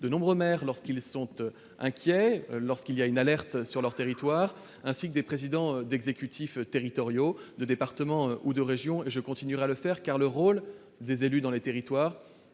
de nombreux maires, inquiets lorsqu'il y a une alerte sur leur territoire, ainsi que des présidents d'exécutifs territoriaux, de départements ou de régions. Je continuerai à leur parler, car le rôle des élus, par leur esprit de